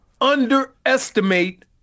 underestimate